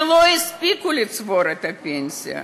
שלא הספיקו לצבור את הפנסיה,